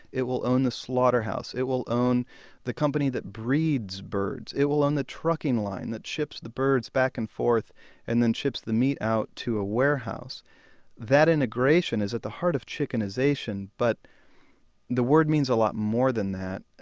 it will own the slaughterhouse, it will own the company that breeds birds, it will own the trucking line that ships the birds back and forth and ships the meat out to a warehouse that integration is at the heart of chickenization, but the word means a lot more than that.